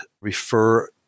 refer